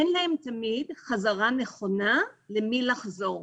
אין להן תמיד חזרה נכונה למי לחזור.